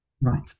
Right